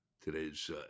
today's